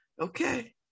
Okay